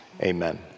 amen